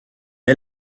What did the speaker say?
est